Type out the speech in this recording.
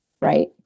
right